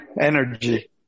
energy